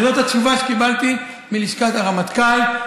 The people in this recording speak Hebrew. וזו הייתה התשובה שקיבלתי מלשכת הרמטכ"ל.